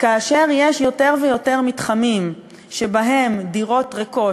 כאשר יש יותר ויותר מתחמים שבהם דירות ריקות